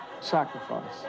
sacrifice